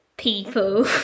people